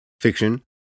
fiction